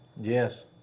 Yes